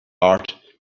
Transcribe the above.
heart